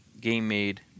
game-made